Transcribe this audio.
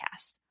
Podcasts